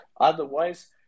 Otherwise